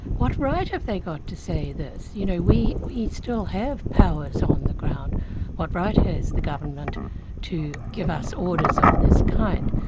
what right have they got to say this? you know we we still have powers on the ground what right has the government to give us orders of this kind?